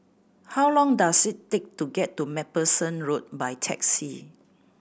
how long does it take to get to Macpherson Road by taxi